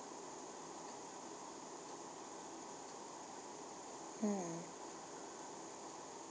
mm